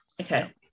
Okay